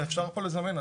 ואפשר פה לזמן.